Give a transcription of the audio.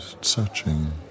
searching